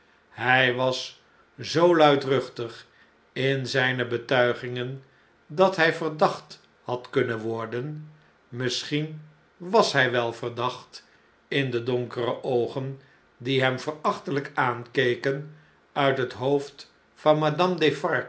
hjj was zoo luidruchtig in zjjne betuigingen dat hjj verdacht had kunnen worden misschien was hjj wel verdacht in de donkere oogen die hem verachteljjk aankeken uit het hoofd van